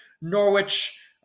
Norwich